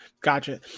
gotcha